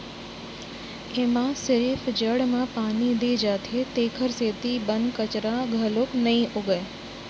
एमा सिरिफ जड़ म पानी दे जाथे तेखर सेती बन कचरा घलोक नइ उगय